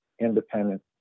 independent